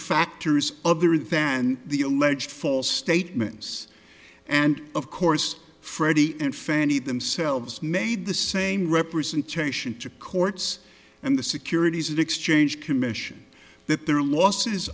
factors other than the alleged false statements and of course freddie and fannie themselves made the same representation to courts and the securities and exchange commission that their losses